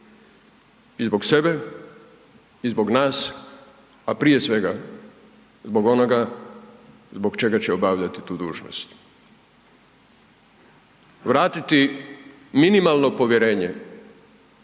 I zbog sebe i zbog nas, a prije svega zbog onoga zbog čega će obavljati tu dužnost. Vratiti minimalno povjerenje